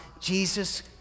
Jesus